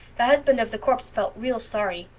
the husband of the corpse felt real sorry.